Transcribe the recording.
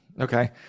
okay